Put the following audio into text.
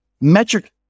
metric